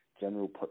general